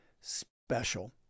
special